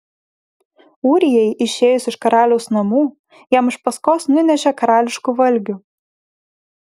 ūrijai išėjus iš karaliaus namų jam iš paskos nunešė karališkų valgių